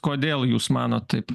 kodėl jūs manot taip